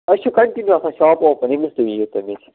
أسۍ چھِ کَنٹِنیوٗ آسان شاپ اوٚپُن ییٚمہِ وِزِ تُہۍ یِیِو تَمہِ وِزِ